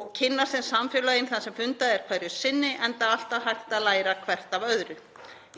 og kynna sér samfélögin þar sem fundað er hverju sinni, enda alltaf hægt að læra hvert af öðru.